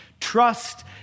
trust